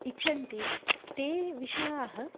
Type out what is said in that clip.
इच्छन्ति ते विषयाः